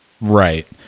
right